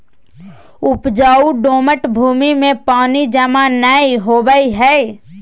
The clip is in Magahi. उपजाऊ दोमट भूमि में पानी जमा नै होवई हई